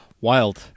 Wild